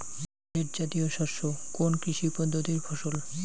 Millet জাতীয় শস্য কোন কৃষি পদ্ধতির ফসল?